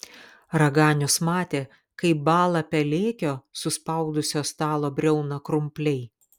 raganius matė kaip bąla pelėkio suspaudusio stalo briauną krumpliai